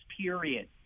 period